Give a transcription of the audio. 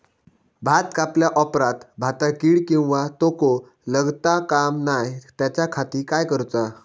भात कापल्या ऑप्रात भाताक कीड किंवा तोको लगता काम नाय त्याच्या खाती काय करुचा?